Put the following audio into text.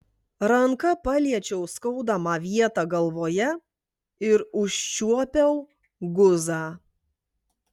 ranka paliečiau skaudamą vietą galvoje ir užčiuopiau guzą